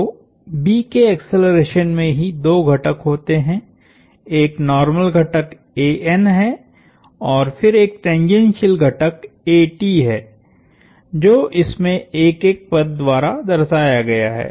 तो B के acceleration में ही दो घटक होते हैं एक नार्मल घटकहै और फिर एक टेंजेनशीयल घटक है जो इसमें एक एक पद द्वारा दर्शाया गया है